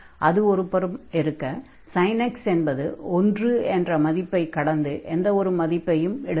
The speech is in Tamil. அது ஒரு புறம் இருக்க sin x என்பது ஒன்று என்ற மதிப்பைக் கடந்து எந்த ஒரு மதிப்பையும் எடுக்காது